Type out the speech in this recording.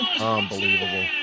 Unbelievable